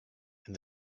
and